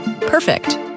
Perfect